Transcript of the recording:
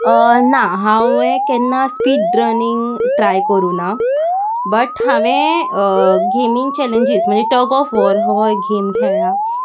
ना हांवें केन्ना स्पीड रनींग ट्राय करुना बट हांवें गेमींग चॅलेंजीस म्हणजे टग ऑफ वॉर हो गेम खेळ्ळा